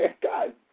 God